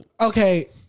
Okay